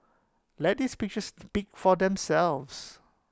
let these pictures speak for themselves